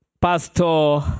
Pastor